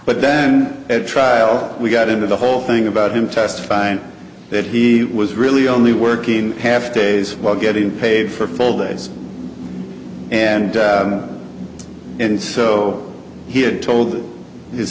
but then at trial we got into the whole thing about him testifying that he was really only working have taze while getting paid for full days and and so he had told his